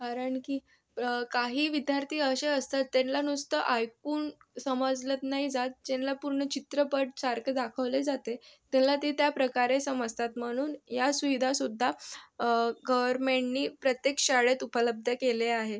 कारण की काही विद्यार्थी असे असतात त्यांना नुसतं ऐकून समजलंत नाही जात ज्यांना पूर्ण चित्रपटसारखं दाखवले जाते त्यांला ते त्या प्रकारे समजतात म्हणून या सुविधासुद्धा गवर्मेंटनी प्रत्येक शाळेत उपलब्ध केले आहे